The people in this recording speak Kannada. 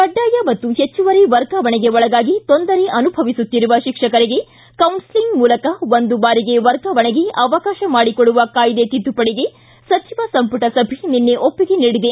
ಕಡ್ಡಾಯ ಮತ್ತು ಹೆಚ್ಚುವರಿ ವರ್ಗಾವಣೆಗೆ ಒಳಗಾಗಿ ತೊಂದರೆ ಅನುಭವಿಸುತ್ತಿರುವ ಶಿಕ್ಷಕರಿಗೆ ಕೌನ್ಲೆಲಿಂಗ್ ಮೂಲಕ ಒಂದು ಬಾರಿಗೆ ವರ್ಗಾವಣೆಗೆ ಅವಕಾಶ ಮಾಡಿಕೊಡುವ ಕಾಯ್ದೆ ತಿದ್ದುಪಡಿಗೆ ಸಚಿವ ಸಂಪುಟ ಸಭೆ ನಿನ್ನೆ ಒಪ್ಪಿಗೆ ನೀಡಿದೆ